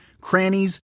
crannies